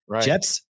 Jets